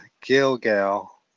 Gilgal